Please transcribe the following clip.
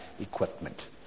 equipment